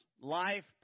Life